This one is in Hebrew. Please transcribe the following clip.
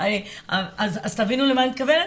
אז תבינו למה אני מתכוונת,